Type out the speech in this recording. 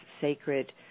sacred